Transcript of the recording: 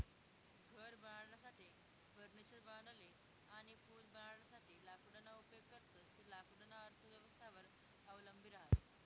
घर बनाडासाठे, फर्निचर बनाडाले अनी पूल बनाडासाठे लाकूडना उपेग करतंस ते लाकूडना अर्थव्यवस्थावर अवलंबी रहास